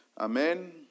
Amen